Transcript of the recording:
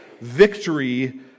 victory